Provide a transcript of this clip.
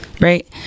right